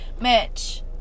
Mitch